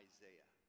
Isaiah